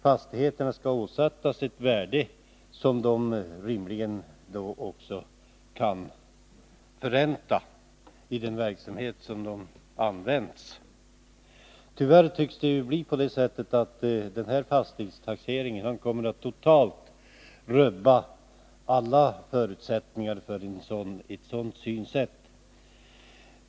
Fastigheten skall åsättas ett värde som den rimligen kan förränta i den verksamhet där den används. Tyvärr tycks den här fastighetstaxeringen totalt komma att rubba alla förutsättningar för ett sådant synsätt.